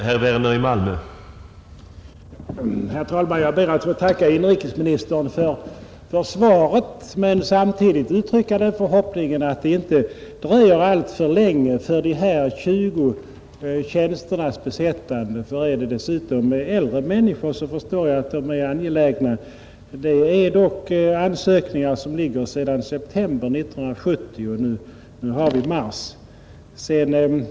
Herr talman! Jag ber att få tacka inrikesministern för svaret men samtidigt uttrycka den förhoppningen att besättandet av dessa tjugo tjänster inte dröjer alltför länge. Gäller det dessutom äldre människor förstår jag att de är angelägna. Ansökningarna gjordes dock redan i september 1970 och vi har nu mars 1971.